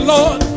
Lord